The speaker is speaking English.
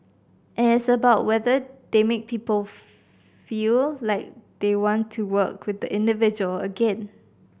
and it is about whether they make people feel like they want to work with the individual again